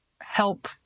help